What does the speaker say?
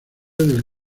del